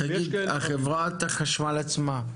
בחברת החשמל עצמה,